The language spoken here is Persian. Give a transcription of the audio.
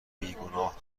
بیگناه